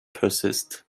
persist